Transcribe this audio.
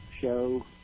show